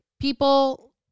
people